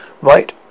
right